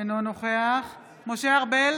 אינו נוכח משה ארבל,